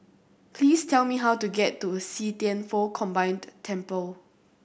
please tell me how to get to See Thian Foh Combined Temple